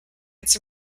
its